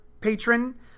patron